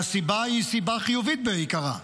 והסיבה היא סיבה חיובית בעיקרה: